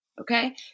Okay